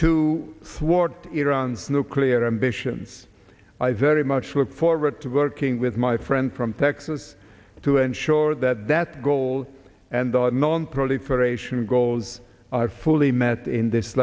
to ward iran's nuclear ambitions i very much look forward to working with my friend from texas to ensure that that goal and the moment proliferation goals are fully met in this